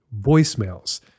voicemails